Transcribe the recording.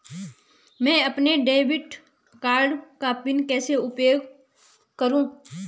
मैं अपने debit card का पिन कैसे उपयोग करूँ?